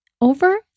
over